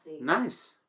Nice